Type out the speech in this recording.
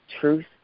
truth